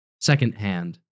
secondhand